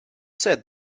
said